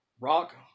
Rock